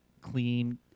clean